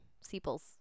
sepals